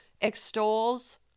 extols